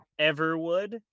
Everwood